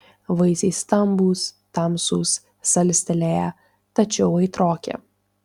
vaisiai stambūs tamsūs salstelėję tačiau aitroki